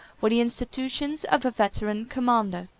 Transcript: were the institutions of a veteran commander.